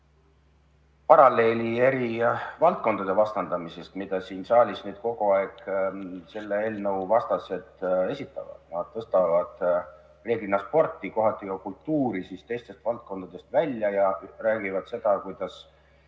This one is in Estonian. paralleeli eri valdkondade vastandamisest, mida siin saalis nüüd kogu aeg selle eelnõu vastased esitavad. Nad tõstavad reeglina sporti, kohati ka kultuuri teistest valdkondadest välja ja räägivad seda, kuidas